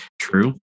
True